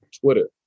Twitter